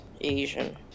Asian